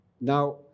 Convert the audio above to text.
Now